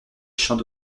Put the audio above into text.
chant